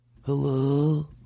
Hello